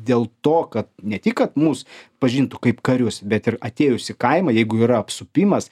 dėl to kad ne tik kad mus pažintų kaip karius bet ir atėjus į kaimą jeigu yra apsupimas